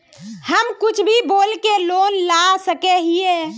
हम कुछ भी बोल के लोन ला सके हिये?